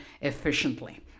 efficiently